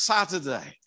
Saturday